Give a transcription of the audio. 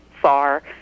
far